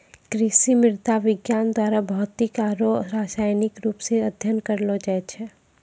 कृषि मृदा विज्ञान द्वारा भौतिक आरु रसायनिक रुप से अध्ययन करलो जाय छै